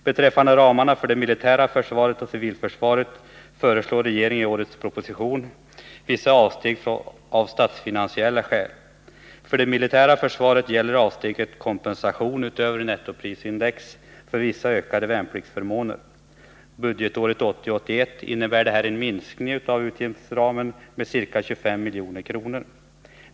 Beträffande ramarna för det militära försvaret och civilförsvaret föreslår regeringen i årets budgetproposition vissa avsteg av statsfinansiella skäl. För det militära försvaret gäller avsteget kompensation utöver nettoprisindex för vissa ökade värnpliktsförmåner. Budgetåret 1980/81 innebär detta en minskning av utgiftsramen med ca 25 milj.kr.